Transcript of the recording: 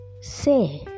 say